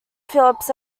phillips